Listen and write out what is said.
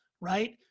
right